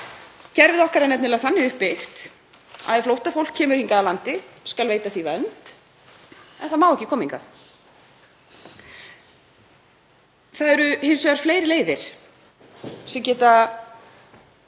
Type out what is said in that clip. Kerfið okkar er nefnilega þannig uppbyggt að ef flóttafólk kemur hingað til lands skal veita því vernd en það má ekki koma hingað. Hins vegar eru fleiri leiðir sem geta